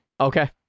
Okay